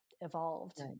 evolved